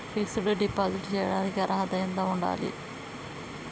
Fix డ్ deposit చేయటానికి అర్హత ఎంత ఉండాలి?